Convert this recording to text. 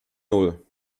null